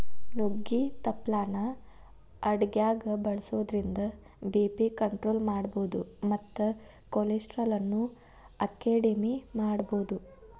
ನುಗ್ಗಿ ತಪ್ಪಲಾನ ಅಡಗ್ಯಾಗ ಬಳಸೋದ್ರಿಂದ ಬಿ.ಪಿ ಕಂಟ್ರೋಲ್ ಮಾಡಬೋದು ಮತ್ತ ಕೊಲೆಸ್ಟ್ರಾಲ್ ಅನ್ನು ಅಕೆಡಿಮೆ ಮಾಡಬೋದು